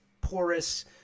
porous